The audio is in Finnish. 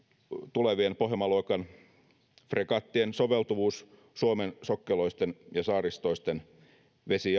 tulevien pohjanmaa luokan fregattien soveltuvuus suomen sokkeloisten ja saaristoisten vesi